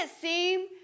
seem